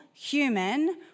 human